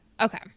Okay